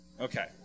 Okay